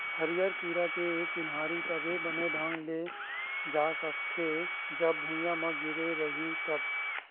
हरियर कीरा के चिन्हारी तभे बने ढंग ले जा सकथे, जब भूइयाँ म गिरे रइही तब